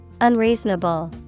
Unreasonable